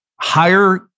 higher